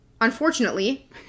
unfortunately